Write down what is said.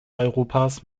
europas